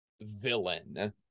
villain